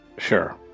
Sure